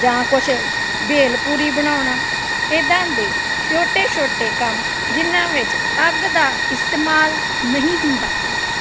ਜਾਂ ਕੁਛ ਵੇਲਪੂਰੀ ਬਣਾਉਣਾ ਇੱਦਾਂ ਦੇ ਛੋਟੇ ਛੋਟੇ ਕੰਮ ਜਿਨ੍ਹਾਂ ਵਿੱਚ ਅੱਗ ਦਾ ਇਸਤੇਮਾਲ ਨਹੀਂ ਹੁੰਦਾ